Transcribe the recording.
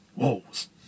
Walls